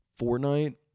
Fortnite